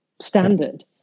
standard